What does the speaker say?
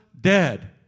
dead